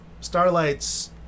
Starlight's